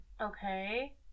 Okay